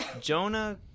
Jonah